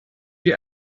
die